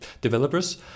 developers